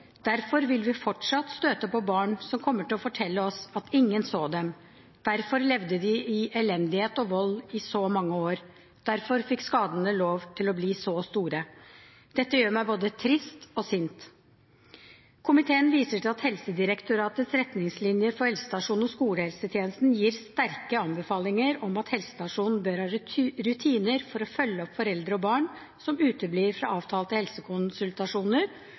Derfor vil vi fortsatt støte på barn som kommer til å fortelle oss at ingen så dem, derfor levde de i elendighet og vold i så mange år, derfor fikk skadene lov til å bli så store. Dette gjør meg både trist og sint. Komiteen viser til at Helsedirektoratets retningslinjer for helsestasjons- og skolehelsetjenesten gir sterke anbefalinger om at helsestasjonen bør ha rutiner for å følge opp foreldre og barn som uteblir fra avtalte helsekonsultasjoner,